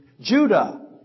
Judah